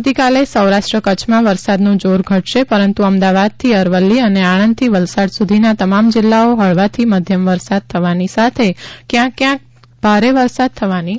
આવતીકાલે સૌરાષ્ટ્ર કચ્છમાં વરસાદનું જોર ઘટશે પરંતુ અમદાવાદથી અરવલ્લી અને આણંદથી વલસાડ સુધીના તમામ જિલ્લાઓ હળવાથી મધ્યમ વરસાદ થવાની સાથે ક્યાંક ક્યાંક ભારે વરસાદ થવાની